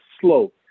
slow